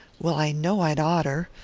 well, i know i'd oughter.